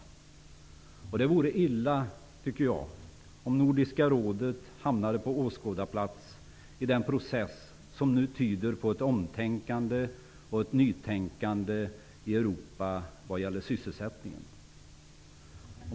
Det vore illa om Nordiska rådet hamnade på åskådarplats i den process som nu tyder på ett omtänkande och nytänkande i Europa vad gäller sysselsättningen.